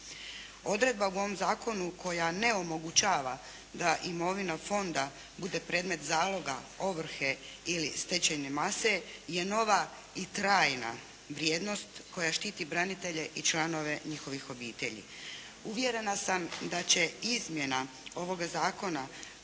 Odredba u ovom zakonu koja ne omogućava da imovina fonda bude predmet zaloga, ovrhe ili stečajne mase je nova i trajna vrijednost koja štiti branitelje i članove njihovih obitelji. Uvjerena sam da će izmjena ovoga zakona